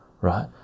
right